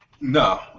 No